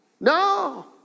No